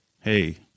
Hey